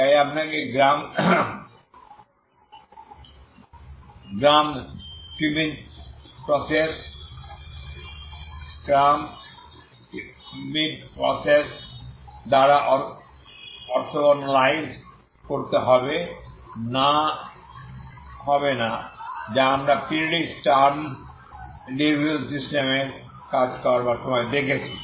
তাই আপনাকে Gram Schmidt প্রক্রিয়া দ্বারা অর্থগোনালাইজ করতে হবে না যা আমরা পিরিয়ডিক স্টারম লিউভিল সিস্টেমের কাজ করার সময়ে দেখেছি